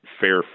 fair